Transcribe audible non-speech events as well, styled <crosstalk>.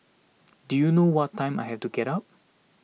<noise> do you know what time I had to get up